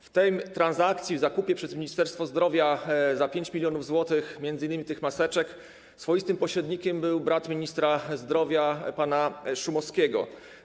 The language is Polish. W tej transakcji, tym zakupie dokonanym przez Ministerstwo Zdrowia za 5 mln zł m.in. tych maseczek swoistym pośrednikiem był brat ministra zdrowia pana Szumowskiego.